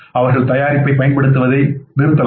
அவர்கள் தயாரிப்பைப் பயன்படுத்துவதை நிறுத்தலாம்